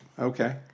Okay